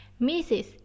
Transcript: Mrs